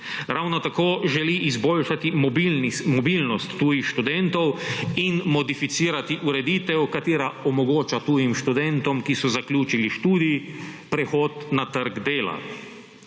Ravno tako želi izboljšati mobilnost tujih študentov in modificirati ureditev, katera omogoča tujim študentom, ki so zaključili študij, prehod na trg dela.